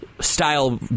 style